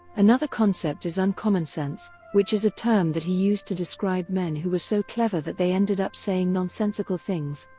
another concept is uncommon sense, which is a term that he used to describe men who were so clever that they ended up saying nonsensical things.